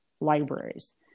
libraries